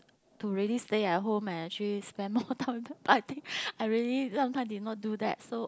to really stay at home and actually spend more time with them I think I really sometimes did not do that so